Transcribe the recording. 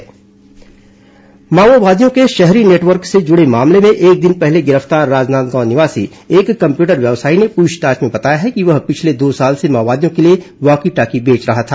माओवादी शहरी नेटवर्क माओवादियों के शहरी नेटवर्क से जुड़े मामले में एक दिन पहले गिरफ्तार राजनांदगांव निवासी एक कम्प्यूटर व्यवसायी ने पूछताछ में बताया है कि वह पिछले दो साल से माओवादियों के लिए वॉकी टॉकी बेच रहा था